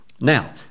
Now